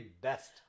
best